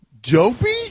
Dopey